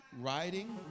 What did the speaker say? riding